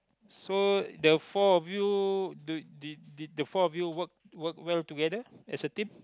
so the four of you do do did the four of you work work well together as a team